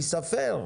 ייספר.